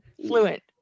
fluent